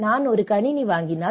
நான் ஒரு கணினி வாங்கினால்